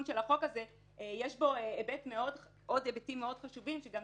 לחוק הזה שיש בו עוד היבטים מאוד חשובים שכמובן גם